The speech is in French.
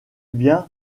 bien